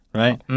right